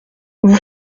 vous